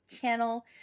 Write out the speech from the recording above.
channel